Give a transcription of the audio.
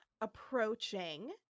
approaching